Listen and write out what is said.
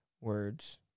Words